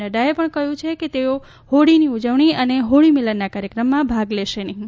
નફાએ પણ કહ્યું છે કે તેઓ હોળીની ઉજવણીમાં લેશે અને હોળી મિલનના કાર્યક્રમોમા ભાગ લેશે નહિં